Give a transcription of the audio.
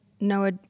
Noah